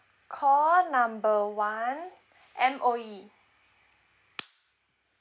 call number one M_O_E